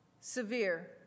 severe